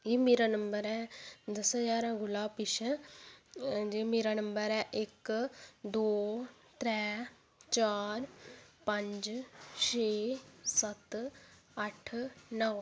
मेरा नम्बर ऐ दसें ज्हारे कोला पिच्छै जि'यां मेरा नम्बर ऐ इक दो त्रै चार पंज छे सत्त अट्ठ नौ